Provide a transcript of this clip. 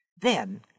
Then